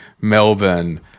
Melbourne